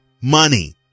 money